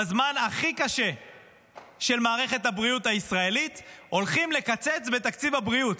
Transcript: בזמן הכי קשה של מערכת הבריאות הישראלית הולכים לקצץ בתקציב הבריאות.